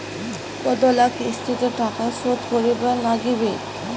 কতোলা কিস্তিতে টাকা শোধ করিবার নাগীবে?